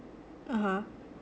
(uh huh)